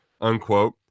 unquote